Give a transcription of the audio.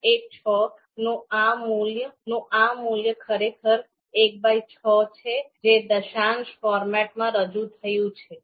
૧૬ નું આ મૂલ્ય ખરેખર ૧૬ છે જે દશાંશ ફોર્મેટમાં રજૂ થયું છે